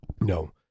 no